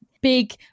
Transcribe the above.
big